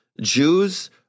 Jews